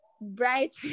bright